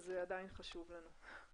זה עדיין חשוב לנו.